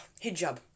hijab